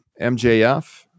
MJF